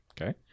Okay